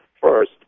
first